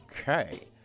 okay